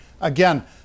again